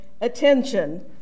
attention